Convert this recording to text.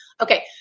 Okay